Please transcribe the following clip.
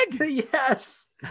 Yes